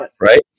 right